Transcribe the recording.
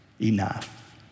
enough